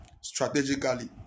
strategically